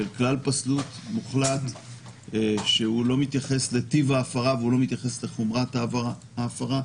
כלומר הלכה של כלל פסלות מוחלט ללא התייחסות לטיב ההפרה ולחומרת העברה.